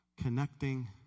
connecting